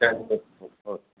சரி ஓகே